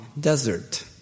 Desert